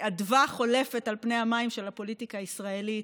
כאדווה חולפת על פני המים של הפוליטיקה הישראלית,